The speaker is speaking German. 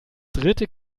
dritte